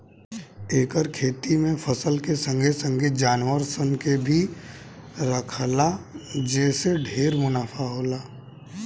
एकर खेती में फसल के संगे संगे जानवर सन के भी राखला जे से ढेरे मुनाफा होला